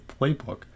playbook